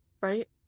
Right